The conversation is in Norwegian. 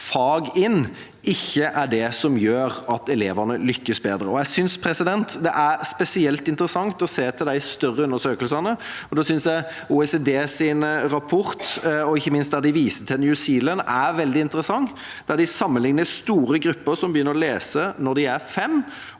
fag inn, ikke er det som gjør at elevene lykkes bedre. Jeg synes det er spesielt interessant å se til de større undersøkelsene, og da synes jeg OECDs rapport, ikke minst der de viser til New Zealand, er veldig interessant. Der sammenligner de store grupper som begynner å lese når de er fem